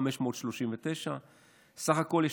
539. בסך הכול,